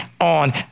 on